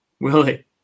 Willie